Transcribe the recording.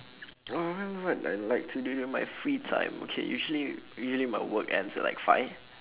uh what what what I like to do during my free time okay usually usually my work end at like five